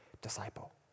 disciple